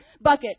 bucket